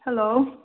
hello